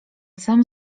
sam